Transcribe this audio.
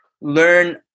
learn